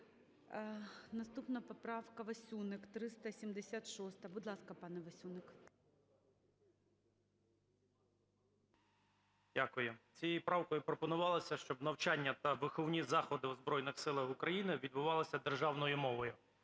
Наступна поправка - Васюник, 376-а. Будь ласка, пане Васюник. 12:53:11 ВАСЮНИК І.В. Дякую. Цією правкою пропонувалося, щоб навчання та виховні заходи у Збройних Силах України відбувалися державною мовою.